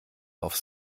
auf